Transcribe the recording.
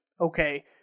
okay